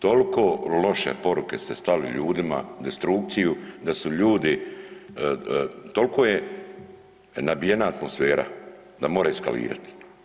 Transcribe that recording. Toliko loše poruke ste slali ljudima, destrukciju da su ljudi, toliko je nabijena atmosfera da more eskalirat.